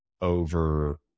over